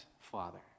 Father